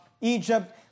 Egypt